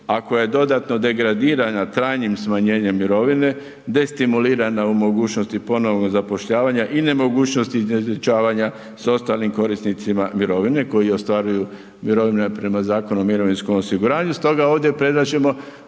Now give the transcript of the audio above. ako je dodatno degradirana trajnim smanjenjem mirovine, destimulirana u mogućnosti ponovnog zapošljavanja i nemogućnosti izjednačavanja s ostalim korisnicima mirovine koji ostvaruju mirovine prema Zakonu o mirovinskom osiguranju, stoga ovdje predlažemo